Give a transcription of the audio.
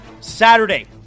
Saturday